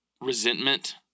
resentment